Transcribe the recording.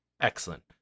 excellent